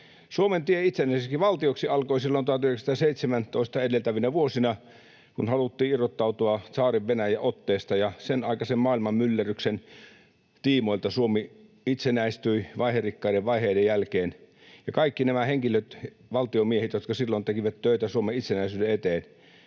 Suomen tie itsenäiseksi valtioksi alkoi silloin vuotta 1917 edeltävinä vuosina, kun haluttiin irrottautua tsaarin Venäjän otteesta, ja sen aikaisen maailman myllerryksen tiimoilta Suomi itsenäistyi vaiherikkaiden vaiheiden jälkeen, ja kaikki nämä henkilöt, valtiomiehet, jotka silloin tekivät töitä Suomen itsenäisyyden eteen,